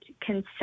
consent